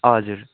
हजुर